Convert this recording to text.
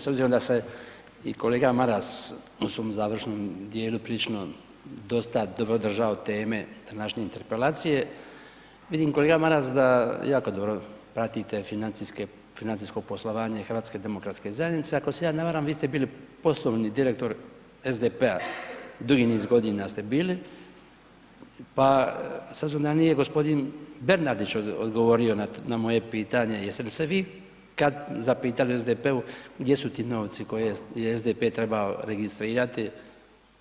S obzirom da se i kolega Maras u svom završnom dijelu prilično dosta dobro držao teme današnje interpelacije, vidim kolega Maras da jako dobro pratite financijsko poslovanje HDZ-a, ako se ja ne varam, vi ste bili poslovni direktor SDP-a dugi niz godina ste bili, pa s obzirom da nije g. Bernardić odgovorio na moje pitanje, jeste li se vi kad zapitali u SDP-u gdje su ti novci koje je SDP trebao registrirati,